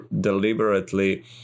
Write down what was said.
deliberately